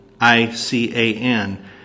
ICAN